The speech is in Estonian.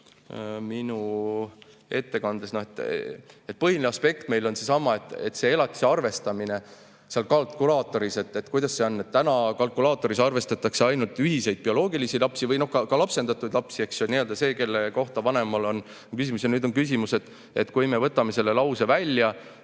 minu ettekandes. Põhiline aspekt meil on seesama: elatise arvestamine seal kalkulaatoris. Kuidas see on? Praegu seal kalkulaatoris arvestatakse ainult ühiseid bioloogilisi lapsi või ka lapsendatud lapsi ehk neid, kelle kohta vanemal on küsimusi. Ja nüüd on küsimus, et kui me võtame selle lause välja,